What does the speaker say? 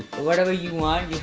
whatever you like